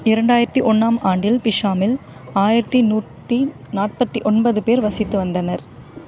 இரண்டாயிரத்தி ஒன்றாம் ஆண்டில் பிஷாமில் ஆயிரத்தி நூற்றி நாற்பத்தி ஒன்பது பேர் வசித்து வந்தனர்